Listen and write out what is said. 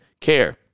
care